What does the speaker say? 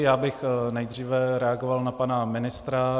Já bych nejdříve reagoval na pana ministra.